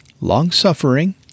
long-suffering